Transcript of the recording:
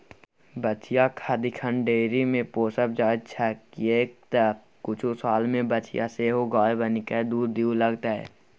बछिया सदिखन डेयरीमे पोसल जाइत छै किएक तँ किछु सालमे बछिया सेहो गाय बनिकए दूध दिअ लागतै